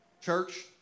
Church